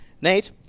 Nate